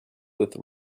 with